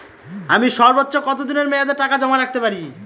আমি সর্বোচ্চ কতদিনের মেয়াদে টাকা জমা রাখতে পারি?